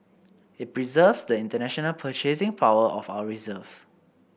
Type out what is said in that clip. it preserves the international purchasing power of our reserves